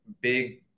big